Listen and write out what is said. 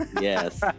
Yes